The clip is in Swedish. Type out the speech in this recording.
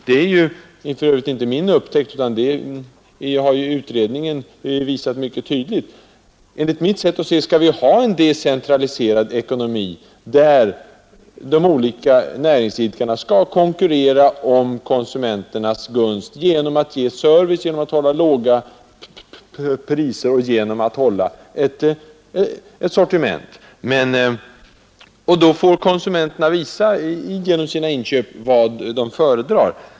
Det är för övrigt inte min upptäckt utan det är något som utredningen mycket tydligt har visat. Enligt mitt sätt att se skall vi ha en decentraliserad ekonomi, där de olika näringsidkarna konkurrerar om konsumenternas gunst genom att ge service, hålla låga priser och upprätthålla ett sortiment. Konsumenterna får då genom sina inköp visa vad de föredrar.